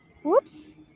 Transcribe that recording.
Whoops